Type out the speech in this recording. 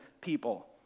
people